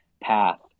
path